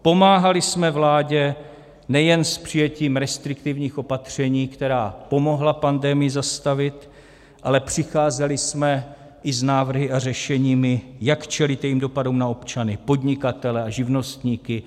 Pomáhali jsme vládě nejen s přijetím restriktivních opatření, která pomohla pandemii zastavit, ale přicházeli jsme i s návrhy a řešeními, jak čelit jejím dopadům na občany, podnikatele a živnostníky.